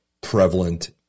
prevalent